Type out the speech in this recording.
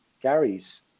Gary's